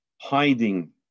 hiding